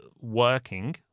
working